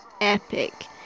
epic